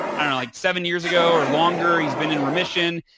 i don't know, like seven years ago or longer. he's been in remission.